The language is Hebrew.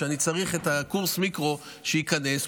שאני צריך את קורס המיקרו שייכנס,